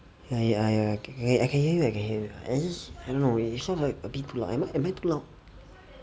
ya ya I I can hear you I can hear you ya it's just I don't know it's not like a bit too loud am I too loud